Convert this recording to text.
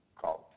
called